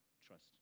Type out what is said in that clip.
trust